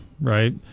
right